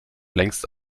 längst